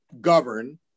govern